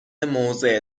موضع